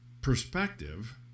perspective